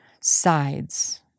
sides